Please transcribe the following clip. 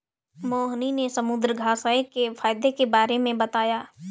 मोहिनी ने समुद्रघास्य के फ़ायदे के बारे में बताया